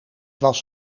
was